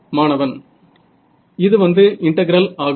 மாணவன் இது வந்து இன்டெகிரல் ஆகும்